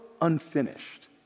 unfinished